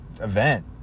event